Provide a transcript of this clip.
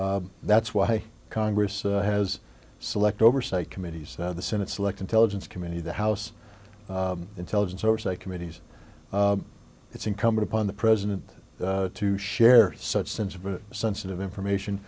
that's why congress has select oversight committees the senate select intelligence committee the house intelligence oversight committees it's incumbent upon the president to share such sense of sensitive information